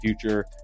future